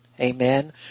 Amen